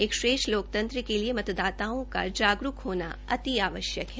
एक श्रेष्ठ लोकतंत्र के लिए मतदाताओं का जागरूक होना अति आवश्यक है